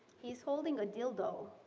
he's holding a dildo.